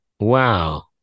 wow